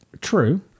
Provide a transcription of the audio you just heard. true